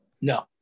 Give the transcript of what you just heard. No